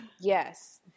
Yes